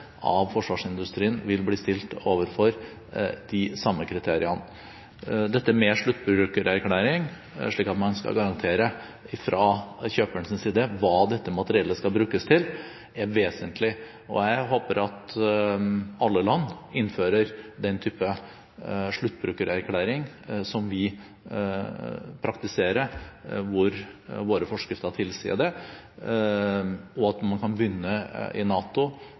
av forsvarsindustrien vil bli stilt overfor de samme kriteriene. Sluttbrukererklæring, at man skal garantere fra kjøperens side hva dette materiellet skal brukes til, er vesentlig. Jeg håper at alle land innfører den type sluttbrukererklæring som vi praktiserer hvor våre forskrifter tilsier det. At man kan begynne med det i NATO,